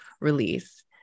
release